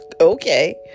okay